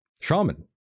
Shaman